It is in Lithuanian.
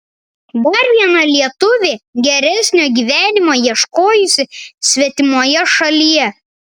dar viena lietuvė geresnio gyvenimo ieškojusi svetimoje šalyje